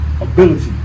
ability